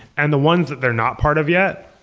and the ones that they're not part of yet,